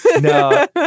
No